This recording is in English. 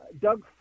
Doug